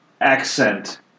accent